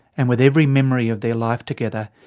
and with every memory of their life together,